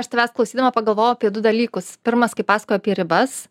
aš tavęs klausydama pagalvojau apie du dalykus pirmas kai pasakojai apie ribas